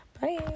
Bye